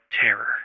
terror